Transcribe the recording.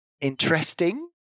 interesting